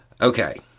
Okay